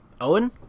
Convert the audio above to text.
Owen